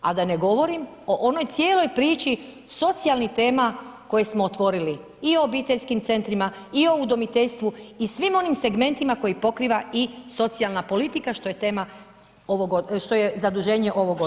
A da ne govorim o onoj cijeloj priči socijalnih tema koje smo otvorili i u obiteljskim centrima, i u udomiteljstvu i svim onim segmentima koji pokriva i socijalna politika, što je tema ovog, što je zaduženje ovog odbra.